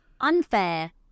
unfair